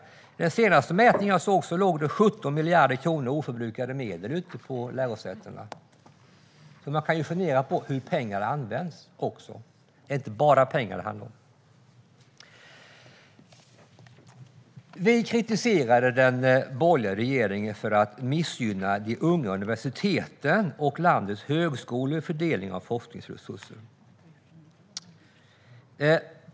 Vid den senaste mätningen jag såg låg det 17 miljarder kronor oförbrukade medel ute på lärosätena. Man kan också fundera på hur pengarna används. Det är inte bara pengar det handlar om. Vi kritiserade den borgerliga regeringen för att missgynna de unga universiteten och landets högskolor vid fördelning av forskningsresurser.